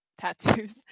tattoos